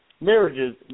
marriages